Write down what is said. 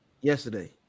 yesterday